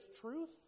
truth